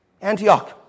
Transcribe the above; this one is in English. Antioch